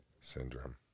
syndrome